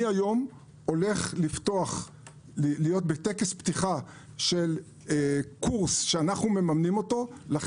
היום אני אהיה בטקס פתיחה של קורס לחברה